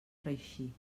reeixir